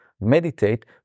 meditate